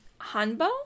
hanbo